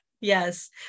Yes